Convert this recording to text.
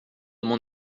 mon